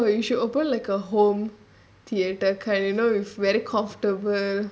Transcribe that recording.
oh my god you should open like a home theatre kind you know with very comfortable